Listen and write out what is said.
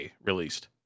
released